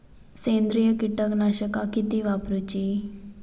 सेंद्रिय कीटकनाशका किती वापरूची?